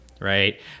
right